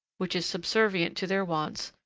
which is subservient to their wants,